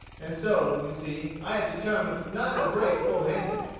and so, you see, i determined not to break full-handed,